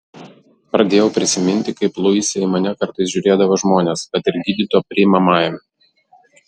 pradėjau prisiminti kaip luise į mane kartais žiūrėdavo žmonės kad ir gydytojo priimamajame